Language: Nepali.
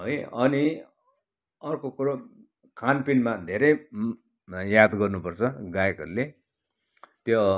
है अनि अर्को कुरो खानपिनमा धेरै याद गर्नुपर्छ गायकहरूले त्यो